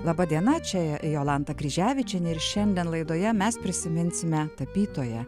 laba diena čia jolanta kryževičienė ir šiandien laidoje mes prisiminsime tapytoją